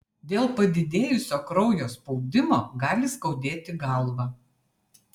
dėl padidėjusio kraujo spaudimo gali skaudėti galvą